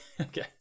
Okay